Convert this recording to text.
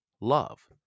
love